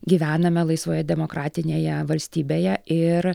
gyvename laisvoje demokratinėje valstybėje ir